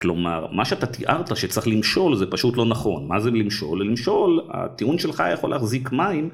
כלומר מה שאתה תיארת שצריך למשול זה פשוט לא נכון. מה זה למשול? למשול, הטיעון שלך יכול להחזיק מים